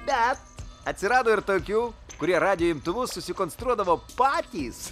bet atsirado ir tokių kurie radijo imtuvus susikonstruodavo patys